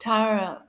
Tara